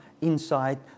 inside